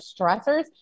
stressors